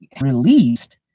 released